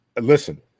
listen